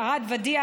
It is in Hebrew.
עואד ודיע,